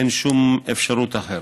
אין שום אפשרות אחרת.